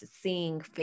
seeing